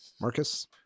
Marcus